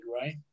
right